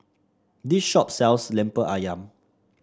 this shop sells lemper ayam